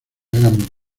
hagan